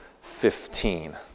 fifteen